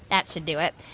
that should do it.